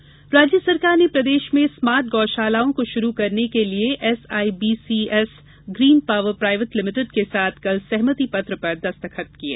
smart गौशाला राज्य सरकार ने प्रदेष में स्मार्ट गौषालाओं को षुरू करने के लिए SIBCS green power private limited के साथ कल सहमति पत्र पर दस्तखत किए